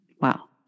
Wow